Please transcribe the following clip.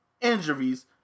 injuries